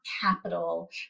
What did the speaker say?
capital